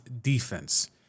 defense